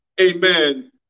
Amen